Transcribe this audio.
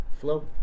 flow